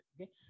okay